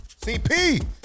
CP